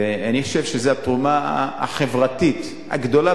ואני חושב שזו התרומה החברתית הגדולה